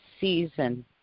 season